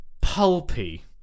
pulpy